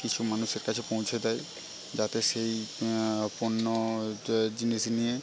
কিছু মানুষের কাছে পৌঁছে দেয় যাতে সেই পণ্য যে জিনিস নিয়ে